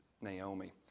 Naomi